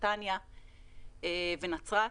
נתניה ונצרת.